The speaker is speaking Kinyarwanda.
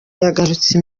yagarutse